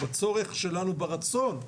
בצורך שלנו וברצון,